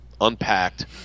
Unpacked